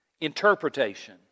interpretation